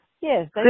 Yes